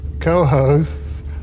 co-hosts